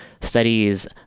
Studies